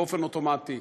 באופן אוטומטי.